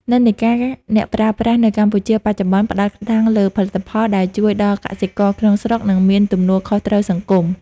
និន្នាការអ្នកប្រើប្រាស់នៅកម្ពុជាបច្ចុប្បន្ន ផ្ដោតខ្លាំងលើផលិតផលដែលជួយដល់កសិករក្នុងស្រុក និងមានទំនួលខុសត្រូវសង្គម។